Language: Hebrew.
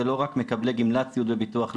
זה לא רק מקבלי גמלת סיעוד בביטוח לאומי.